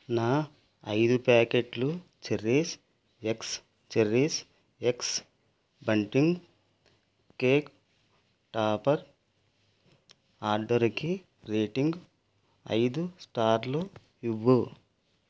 నా ఐదు ప్యాకెట్ల CherishX CherishX bunting cake topper ఆర్డరుకి రేటింగ్ ఐదు స్టార్లు ఇవ్వు